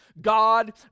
God